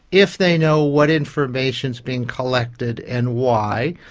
if they know what information is being collected and why,